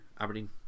Aberdeen